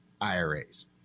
iras